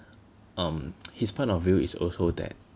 um his point of view is also that